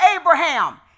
Abraham